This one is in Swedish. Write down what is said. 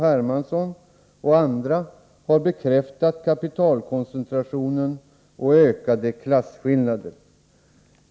Hermansson och andra har bekräftat kapitalkoncentrationen och ökade klasskillnader.